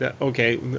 okay